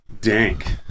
dank